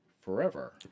forever